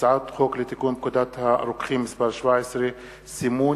הצעת חוק לתיקון פקודת הרוקחים (מס' 17) (סימון